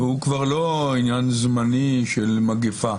והוא כבר לא עניין זמני של מגפה.